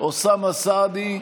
אוסאמה סעדי,